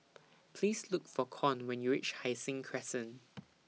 Please Look For Con when YOU REACH Hai Sing Crescent